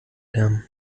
lärm